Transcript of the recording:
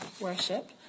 worship